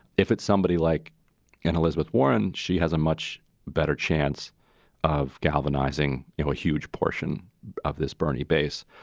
if it's somebody like and elizabeth warren, she has a much better chance of galvanizing, you know, a huge portion of this bernie base.